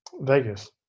Vegas